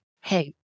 hey